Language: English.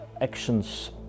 actions